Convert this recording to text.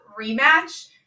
rematch